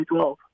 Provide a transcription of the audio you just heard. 2012